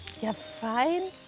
yes fine.